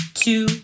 Two